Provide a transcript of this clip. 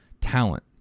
talent